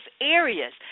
areas